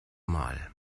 mal